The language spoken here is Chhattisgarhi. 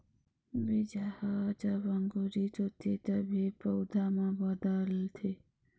बीजा ह जब अंकुरित होथे तभे पउधा म बदलथे